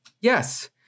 Yes